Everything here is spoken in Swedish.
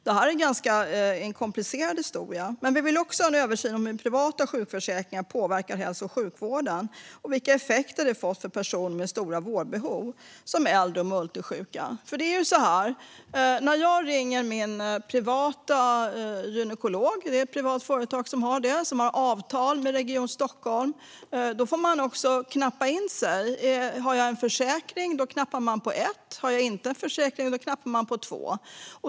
Detta är en ganska komplicerad historia. Vi vill även ha en översyn av hur privata sjukförsäkringar påverkar hälso och sjukvården och vilka effekter det har fått för personer med stora vårdbehov, som äldre och multisjuka. Det är nämligen så här: När jag ringer min gynekolog, vilket är ett privat företag som har avtal med Region Stockholm, får man knappa in om man har en försäkring. Har man en försäkring trycker man ett, och har man inte en försäkring trycker man två.